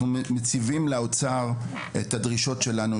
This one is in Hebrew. אנחנו מציבים לאוצר את הדרישות שלנו,